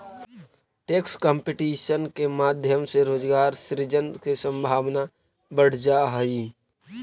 tax competition के माध्यम से रोजगार सृजन के संभावना बढ़ जा हई